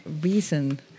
reason